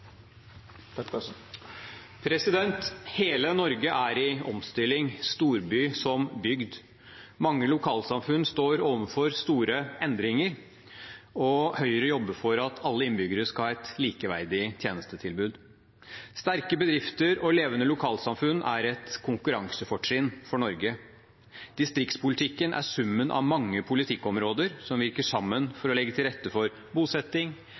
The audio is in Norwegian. Hele Norge er i omstilling, storby som bygd. Mange lokalsamfunn står overfor store endringer, og Høyre jobber for at alle innbyggere skal ha et likeverdig tjenestetilbud. Sterke bedrifter og levende lokalsamfunn er et konkurransefortrinn for Norge. Distriktspolitikken er summen av mange politikkområder som virker sammen for å legge til rette for bosetting,